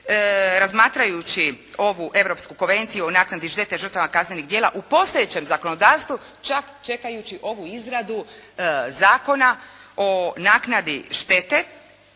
razmatrajući ovu Europski konvenciju o naknadi štete žrtava kaznenih djela u postojećem zakonodavstvu, čak čekajući ovu izradu Zakona o naknadi štete